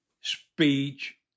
speech